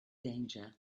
danger